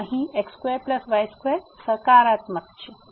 તેથી અહીં x2y2 સકારાત્મક છે